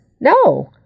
No